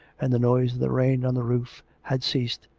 and the noise of the rain on the roof had ceased,